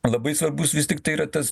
labai svarbus vis tiktai yra tas